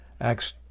Acts